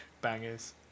Bangers